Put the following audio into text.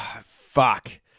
Fuck